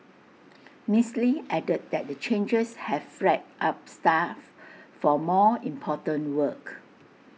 miss lee added that the changes have freed up staff for more important work